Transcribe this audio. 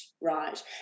right